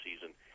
season